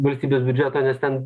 valstybės biudžeto nes ten